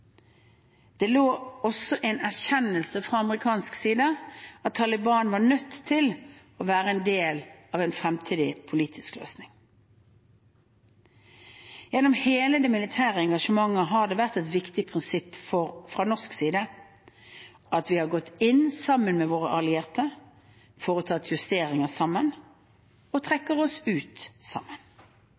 Det lå også en erkjennelse der fra amerikansk side om at Taliban var nødt til å være en del av en fremtidig politisk løsning. Gjennom hele det militære engasjementet har det vært et viktig prinsipp fra norsk side at vi har gått inn sammen med våre allierte, foretar justeringer sammen og trekker oss ut sammen.